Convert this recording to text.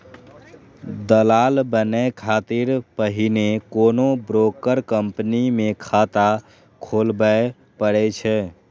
दलाल बनै खातिर पहिने कोनो ब्रोकर कंपनी मे खाता खोलबय पड़ै छै